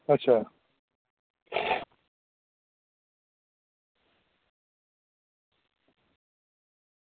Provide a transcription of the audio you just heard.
अच्छा